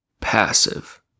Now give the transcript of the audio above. passive